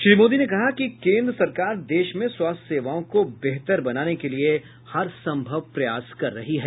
श्री मोदी ने कहा कि केन्द्र सरकार देश में स्वास्थ्य सेवाओं को बेहतर बनाने के लिए हरसंभव प्रयास कर रही है